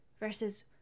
versus